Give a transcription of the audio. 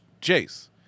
Chase